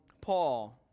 Paul